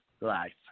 Life